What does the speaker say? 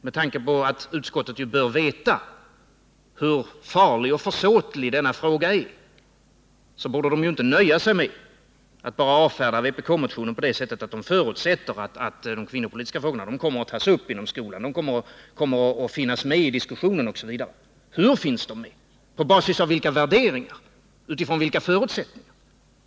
Med tanke på att utskottet torde veta hur farlig och försåtlig denna fråga är borde utskottet inte nöja sig med att avfärda vpk-motionen med att säga att utskottet förutsätter att de kvinnopolitiska frågorna kommer att tas upp inom skolan, de kommer att finnas med i diskussionen osv. Hur finns de med? På basis av vilka värderingar och utifrån vilka förutsättningar finns de med?